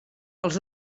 els